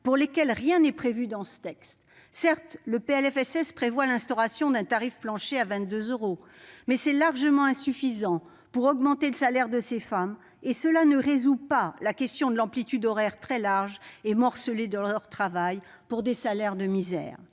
de loi de financement de la sécurité sociale prévoit l'instauration d'un tarif plancher à 22 euros, mais c'est largement insuffisant pour augmenter le salaire de ces femmes et cela ne résout pas la question de l'amplitude horaire très large et morcelée de leur travail pour des salaires de misère.